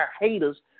haters